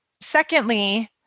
secondly